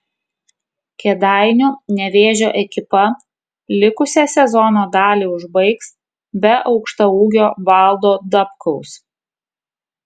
kėdainių nevėžio ekipa likusią sezono dalį užbaigs be aukštaūgio valdo dabkaus